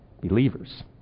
believers